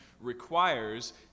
requires